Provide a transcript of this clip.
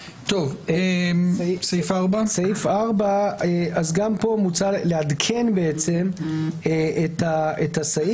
סעיף 4. סעיף 4. גם פה מוצע לעדכן את הסעיף.